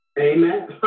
Amen